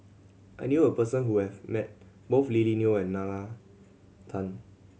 I knew a person who has met both Lily Neo and Nalla Tan